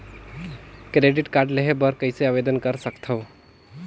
Credit card लेहे बर कइसे आवेदन कर सकथव?